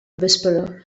whisperer